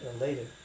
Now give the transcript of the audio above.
later